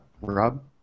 Rob